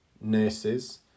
nurses